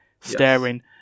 staring